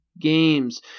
games